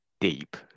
deep